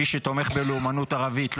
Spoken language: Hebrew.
מי שתומך בלאומנות ערבית,